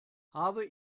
habe